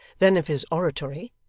then of his oratory,